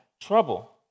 trouble